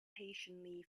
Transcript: patiently